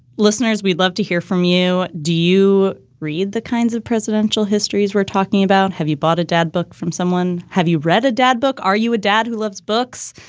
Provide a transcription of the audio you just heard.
listeners, we'd love to hear from you. do you read the kinds of presidential histories we're talking about? have you bought a dad book from someone? have you read a dad book? are you a dad who loves books?